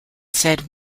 said